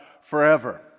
forever